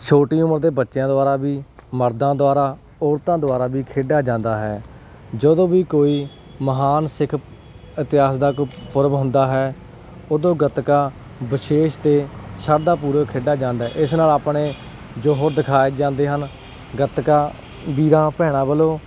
ਛੋਟੀ ਉਮਰ ਦੇ ਬੱਚਿਆਂ ਦੁਆਰਾ ਵੀ ਮਰਦਾਂ ਦੁਆਰਾ ਔਰਤਾਂ ਦੁਆਰਾ ਵੀ ਖੇਡਿਆ ਜਾਂਦਾ ਹੈ ਜਦੋਂ ਵੀ ਕੋਈ ਮਹਾਨ ਸਿੱਖ ਇਤਿਹਾਸ ਦਾ ਕੋਈ ਪੁਰਬ ਹੁੰਦਾ ਹੈ ਉਦੋਂ ਗਤਕਾ ਵਿਸ਼ੇਸ਼ ਅਤੇ ਸ਼ਰਧਾਪੂਰਵਕ ਖੇਡਿਆ ਜਾਂਦਾ ਇਸ ਨਾਲ ਆਪਣੇ ਜੋਹਰ ਦਿਖਾਏ ਜਾਂਦੇ ਹਨ ਗਤਕਾ ਵੀਰਾਂ ਭੈਣਾਂ ਵੱਲੋਂ